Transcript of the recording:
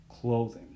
clothing